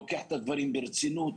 לוקח את הדברים ברצינות.